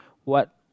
what